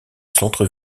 centre